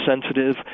sensitive